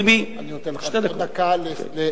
ביבי, אני נותן לך עוד דקה לסכם.